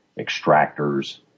extractors